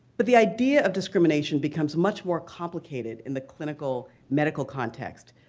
but the idea of discrimination becomes much more complicated in the clinical medical context,